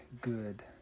Good